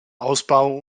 ausbau